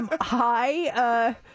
Hi